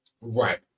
right